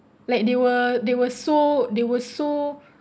like they were they were so they were so